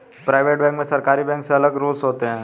private bank में सरकारी bank से अलग रूल्स होते है